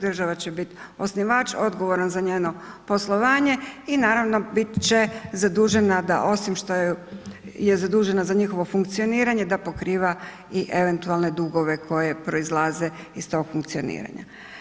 Država će biti osnivač odgovoran za njeno poslovanje i naravno bit će zadužena da osim što je zadužena za njihovo funkcioniranje da pokriva i eventualne dugove koji proizlaze iz tog funkcioniranja.